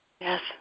Yes